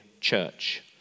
church